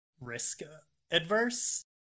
risk-adverse